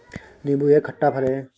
नीबू एक खट्टा फल है